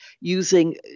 using